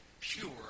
pure